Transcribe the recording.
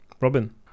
Robin